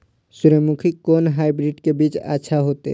सूर्यमुखी के कोन हाइब्रिड के बीज अच्छा होते?